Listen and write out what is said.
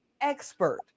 expert